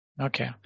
Okay